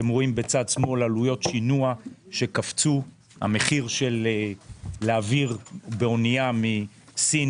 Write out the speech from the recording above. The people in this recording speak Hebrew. אתם רואים בצד השמאלי עלויות שינוע שקפצו המחיר להעביר באונייה מסין